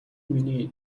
миний